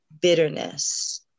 bitterness